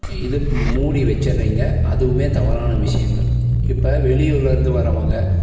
இது மூடி வச்சிறிங்க அதுவுமே தவறான விஷயங்கள் இப்போ வெளியூரில் இருந்து வரவங்க